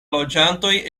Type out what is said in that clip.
loĝantoj